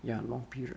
ya long period